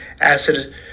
acid